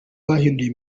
bahinduye